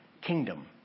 kingdom